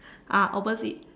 ah opposite